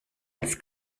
als